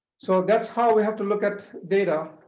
so that's how we have to look at data